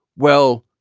well,